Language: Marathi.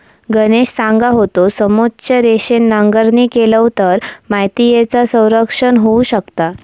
गणेश सांगा होतो, समोच्च रेषेन नांगरणी केलव तर मातीयेचा संरक्षण होऊ शकता